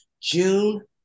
June